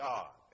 God